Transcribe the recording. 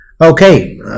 Okay